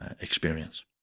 experience